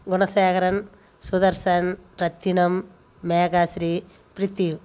Gunasekaran Sudarshan Rathinam Megashree Prithvi